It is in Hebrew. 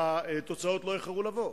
והתוצאות לא איחרו לבוא.